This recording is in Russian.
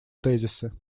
тезисы